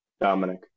Dominic